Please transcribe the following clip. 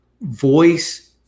voice